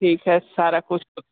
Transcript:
ठीक है सारा कुछ तो